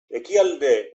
ekialde